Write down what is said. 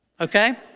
okay